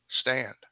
stand